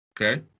Okay